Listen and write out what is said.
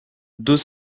deux